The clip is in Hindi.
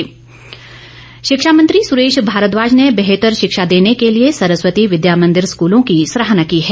शिक्षा मंत्री शिक्षा मंत्री सुरेश भारद्वाज ने बेहतर शिक्षा देने के लिए सरस्वती विद्या मंदिर स्कूलों की सराहना की है